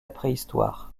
préhistoire